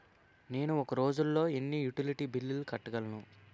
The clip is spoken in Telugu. నేను ఒక రోజుల్లో ఎన్ని యుటిలిటీ బిల్లు కట్టగలను?